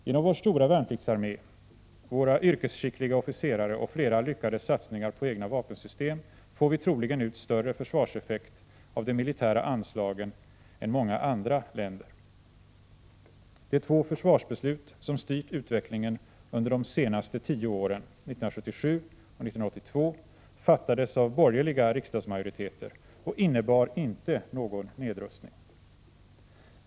Genom vår stora värnpliktsarmé, våra yrkesskickliga officerare och flera lyckade satsningar på egna vapensystem får vi troligen ut större försvarseffekt av de militära anslagen än många andra länder. De två försvarsbeslut som styrt utvecklingen under de senaste tio åren — 1977 och 1982 - fattades av borgerliga riksdagsmajoriteter och innebar inte någon nedrustning.